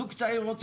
זוג צעיר לא צריך,